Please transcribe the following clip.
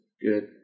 good